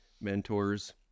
mentors